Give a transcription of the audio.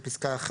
(1)